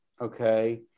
okay